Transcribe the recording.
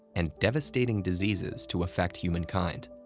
and devastating diseases to affect humankind.